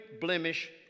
blemish